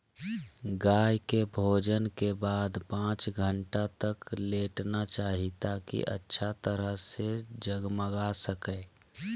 गाय के भोजन के बाद पांच घंटा तक लेटना चाहि, ताकि अच्छा तरह से जगमगा सकै